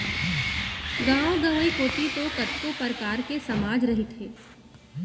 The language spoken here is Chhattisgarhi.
गाँव गंवई कोती तो कतको परकार के समाज रहिथे